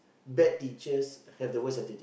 bad teachers have the worst attitudes